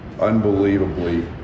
Unbelievably